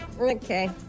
Okay